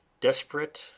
desperate